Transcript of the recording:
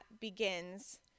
begins